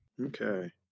Okay